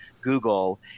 Google